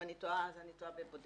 אם אני טועה, אז אני טועה בבודדים,